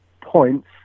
points